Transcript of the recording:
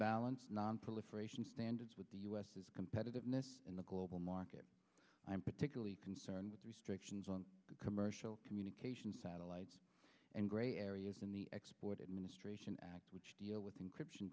balance nonproliferation standards with the us is competitiveness in the global market i'm particularly concerned with restrictions on commercial communications satellites and gray areas in the export administration act which deal with encryption